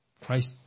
Christ